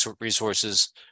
resources